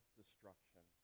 destruction